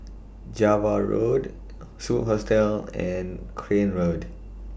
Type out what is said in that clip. Java Road Superb Hostel and Crane Road